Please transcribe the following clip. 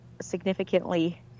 significantly